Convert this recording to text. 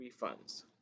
refunds